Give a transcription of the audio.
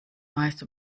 meist